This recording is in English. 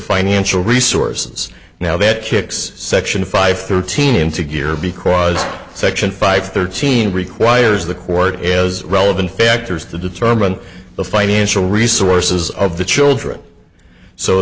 financial resources now that kicks section five thirteen into gear because section five thirteen requires the court as relevant factors to determine the financial resources of the children so